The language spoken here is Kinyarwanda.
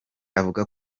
avuga